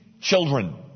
children